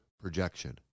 projection